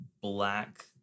black